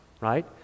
right